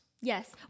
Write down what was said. Yes